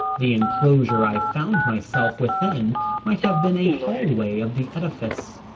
the enclosure i found myself within might have been a hallway of the edifice,